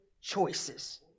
choices